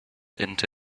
into